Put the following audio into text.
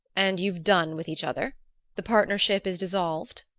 and you've done with each other the partnership is dissolved?